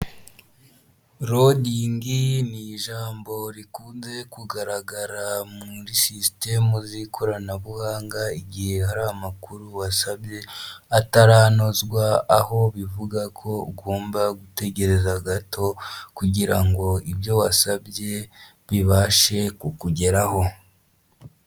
Loading ni ijambo rikunze kugaragara muri sisitemu z'ikoranabuhanga, igihe hari amakuru wasabye ataranozwa, aho bivuga ko ugomba gutegereza gato, kugira ngo ibyo wasabye bibashe kukugeraho.